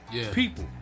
people